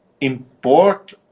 import